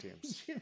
teams